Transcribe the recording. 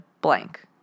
blank